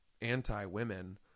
anti-women